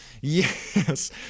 Yes